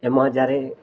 એમાં જ્યારે